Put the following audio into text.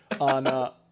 on